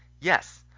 Yes